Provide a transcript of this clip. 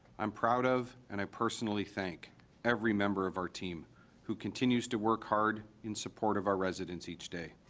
i'm proud of and i personally thank every member of our team who continues to work hard in support of our residents each day